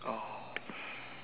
oh